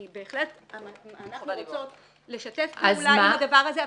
אנחנו בהחלט רוצות לשתף פעולה עם הדבר הזה.